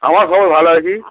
আমার সব ভালো আছি